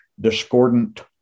discordant